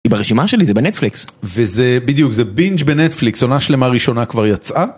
היא ברשימה שלי, זה בנטפליקס. וזה בדיוק, זה בינג' בנטפליקס, עונה שלמה ראשונה כבר יצאה.